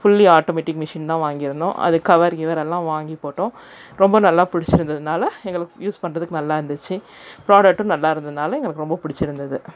fully automatic machine தான் வாங்கியிருந்தோம் அது கவர் கிவர் எல்லாம் வாங்கி போட்டோம் ரொம்ப நல்லா பிடிச்சிருந்ததுனால எங்களுக்கு யூஸ் பண்ணுறதுக்கு நல்லா இருந்துச்சு ப்ராடக்ட்டும் நல்லா இருந்ததுனால் எங்களுக்கு ரொம்ப பிடிச்சிருந்தது